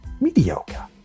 mediocre